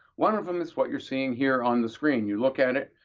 one of them is what you're seeing here on the screen. you look at it,